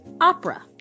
Opera